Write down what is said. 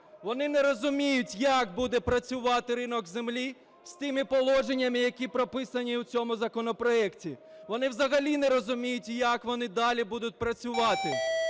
Вони не розуміють, як буде працювати ринок землі з тими положеннями, які прописані в цьому законопроекті, вони взагалі не розуміють, як вони далі будуть працювати.